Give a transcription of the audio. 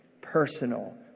Personal